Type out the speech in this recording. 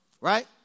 Right